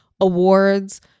awards